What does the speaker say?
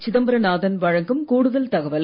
சிதம்பரநாதன் வழங்கும் கூடுதல் தகவல்கள்